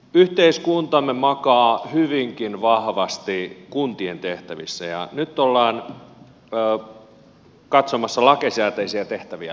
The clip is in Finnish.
yhteiskuntamme makaa hyvinkin vahvasti kuntien tehtävien varassa ja nyt ollaan katsomassa lakisääteisiä tehtäviä läpi